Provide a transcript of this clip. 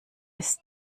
ist